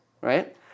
right